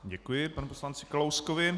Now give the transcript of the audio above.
Děkuji panu poslanci Kalouskovi.